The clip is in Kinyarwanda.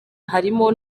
harimo